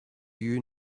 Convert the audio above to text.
you